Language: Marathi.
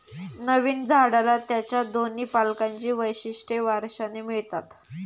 नवीन झाडाला त्याच्या दोन्ही पालकांची वैशिष्ट्ये वारशाने मिळतात